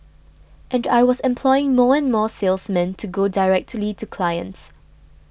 and I was employing more and more salesmen to go directly to clients